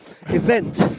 event